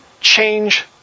change